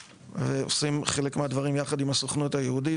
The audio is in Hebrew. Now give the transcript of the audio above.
ועושים חלק מהדברים יחד עם הסוכנות היהודית.